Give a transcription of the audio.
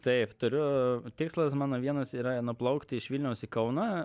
taip turiu tikslas mano vienas yra nuplaukt iš vilniaus į kauną